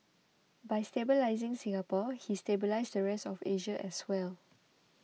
by stabilising Singapore he stabilised the rest of Asia as well